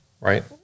right